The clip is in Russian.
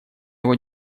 его